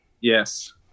Yes